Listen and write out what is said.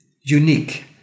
unique